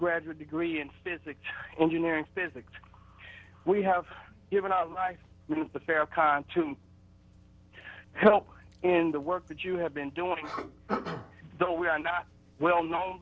graduate degree in physics engineering physics we have given our life farah khan to help in the work that you have been doing though we are not well known